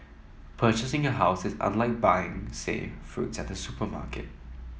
purchasing a house is unlike buying say fruits at the supermarket